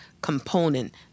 component